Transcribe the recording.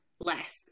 less